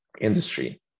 industry